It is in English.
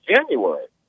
January